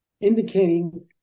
indicating